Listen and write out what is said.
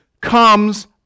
comes